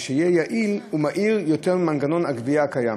ושיהיה יעיל ומהיר יותר ממנגנון הגבייה הקיים.